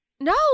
no